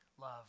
love